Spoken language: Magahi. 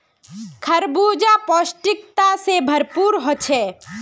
खरबूजा पौष्टिकता से भरपूर होछे